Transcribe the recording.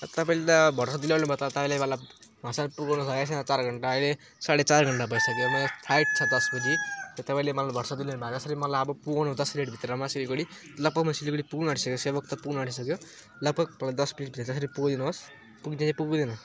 अब तपाईँले त भरोसा दिलाउनुभयो त तपाईँले मतलब वहाँसम्म पुगाउनु सकेको छैन चार घन्टा अहिले साढे चार घन्टा भइसक्यो मेरो फ्लाइट छ दस बजे त्यो तपाईँले मलाई भरोसा दिलाउनुभए जसरी मलाई अब पुगाउनु दस मिनेटभित्रमा सिलिगुढी लगभग म सिलगुढी पुग्नु आँटिसक्यो सेभक त पुग्नु आँटिसक्यो लगभग मलाई दस मिनेटभित्र जसरी पुगाइदिनुहोस् पुगिन्छ कि पुगिँदैन